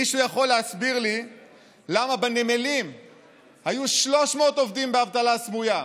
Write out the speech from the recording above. מישהו יכול להסביר לי למה בנמלים היו 300 עובדים באבטלה סמויה,